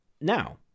Now